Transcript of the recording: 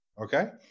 Okay